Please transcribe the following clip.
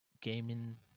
gaming